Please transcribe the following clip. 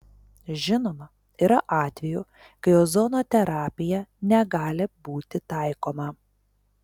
žinoma yra atvejų kai ozono terapija negali būti taikoma